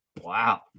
wow